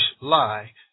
lie